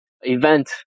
event